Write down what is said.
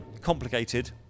complicated